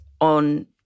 on